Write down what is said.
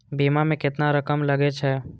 बीमा में केतना रकम लगे छै?